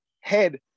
head